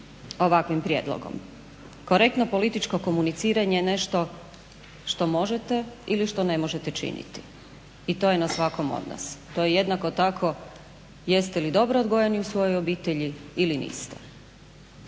ovakvim prijedlogom. Korektno političko komuniciranje je nešto što možete ili što ne možete činiti i to je na svakom od nas. To jednako tako jeste li dobro odgojeni u svojoj obitelji ili niste.